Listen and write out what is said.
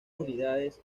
unidades